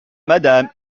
madame